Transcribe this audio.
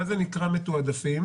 מה זה נקרא מתועדפים?